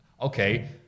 okay